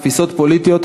תפיסות פוליטיות,